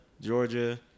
Georgia